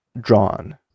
drawn